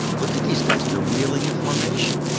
look at these guys, they're wheeling in formation.